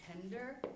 tender